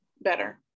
better